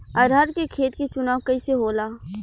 अरहर के खेत के चुनाव कइसे होला?